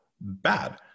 bad